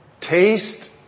Taste